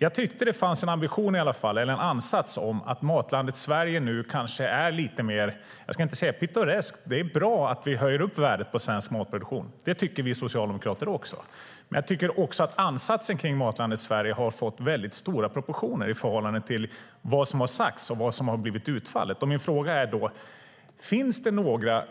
Jag tyckte i alla fall att det fanns en ansats till att Matlandet Sverige nu kanske är lite mer pittoreskt. Men jag ska kanske inte säga det, för det är bra att vi höjer upp värdet på svensk matproduktion - det tycker vi socialdemokrater också. Men jag tycker att ansatsen kring Matlandet Sverige har fått väldigt stora proportioner i förhållande till vad som har sagts och vad som har blivit utfallet. Min fråga är då: Finns det några